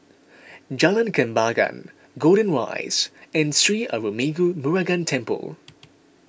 Jalan Kembangan Golden Rise and Sri Arulmigu Murugan Temple